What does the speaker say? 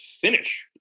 finish